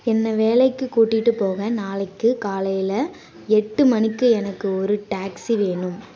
என்னை வேலைக்கு கூட்டிட்டு போக நாளைக்கு காலையில் எட்டு மணிக்கு எனக்கு ஒரு டாக்ஸி வேணும்